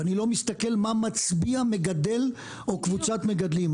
ואני לא מסתכל מה מצביע מגדל או קבוצת מגדלים,